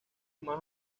más